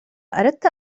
أردت